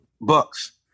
Bucks